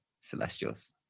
celestials